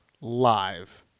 live